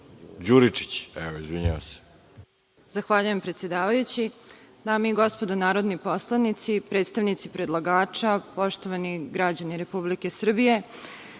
Đuričić. **Miroslava Stanković** Zahvaljujem, predsedavajući. Dame i gospodo narodni poslanici, predstavnici predlagača, poštovani građani Republike Srbije,